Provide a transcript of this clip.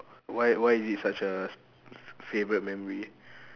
why why is it such a fa~ favourite memory